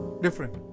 different